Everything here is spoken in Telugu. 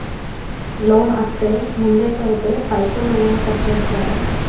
లోన్ అత్తే ముందే కడితే పైసలు ఏమైనా కట్ చేస్తరా?